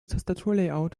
tastaturlayout